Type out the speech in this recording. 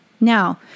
Now